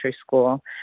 school—